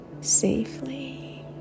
safely